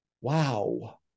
Wow